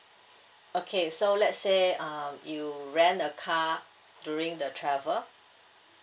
okay so let's say um you rent a car during the travel